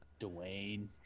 Dwayne